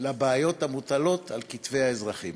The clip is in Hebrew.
של בעיות המוטלות על כתפי האזרחים.